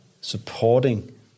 supporting